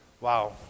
wow